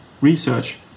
research